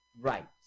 Right